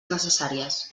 necessàries